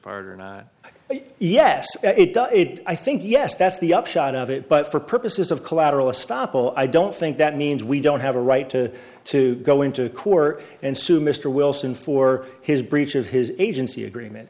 part or not yes it does it i think yes that's the upshot of it but for purposes of collateral estoppel i don't think that means we don't have a right to to go into court and sue mr wilson for his breach of his agency agreement